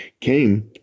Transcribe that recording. came